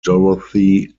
dorothy